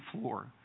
floor